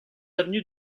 avenue